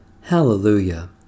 Hallelujah